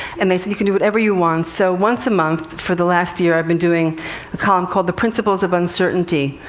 and they said, you can do whatever you want. so, once a month for the last year, i've been doing a column called the principles of uncertainty,